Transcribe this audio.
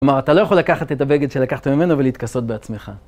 כלומר, אתה לא יכול לקחת את הבגד שלקחת ממנו ולהתכסות בעצמך.